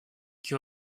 qui